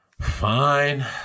Fine